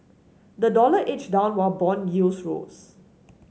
the dollar edged down while bond yields rose